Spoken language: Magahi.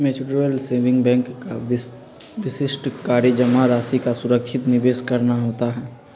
म्यूच्यूअल सेविंग बैंक का विशिष्ट कार्य जमा राशि का सुरक्षित निवेश करना होता है